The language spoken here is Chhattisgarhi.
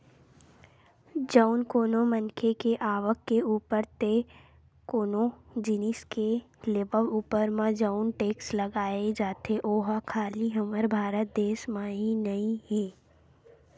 जउन कोनो मनखे के आवक के ऊपर ते कोनो जिनिस के लेवब ऊपर म जउन टेक्स लगाए जाथे ओहा खाली हमर भारत देस म ही नइ हे